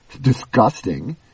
disgusting